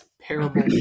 parable